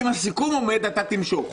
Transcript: הסיכום עומד, אתה תמשוך.